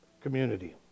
community